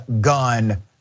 gun